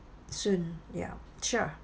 soon ya sure